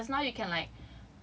ya then like just now you can like